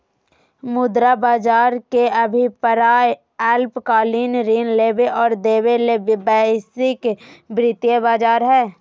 मुद्रा बज़ार के अभिप्राय अल्पकालिक ऋण लेबे और देबे ले वैश्विक वित्तीय बज़ार हइ